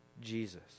Jesus